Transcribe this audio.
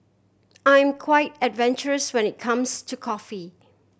I'm quite adventurous when it comes to coffee